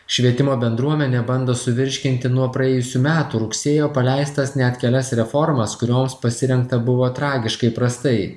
švietimo bendruomenė bando suvirškinti nuo praėjusių metų rugsėjo paleistas net kelias reformas kurioms pasirengta buvo tragiškai prastai